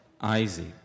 Isaac